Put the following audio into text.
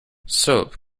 soap